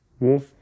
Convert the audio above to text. Wolf